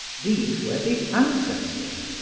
these were the ancestors.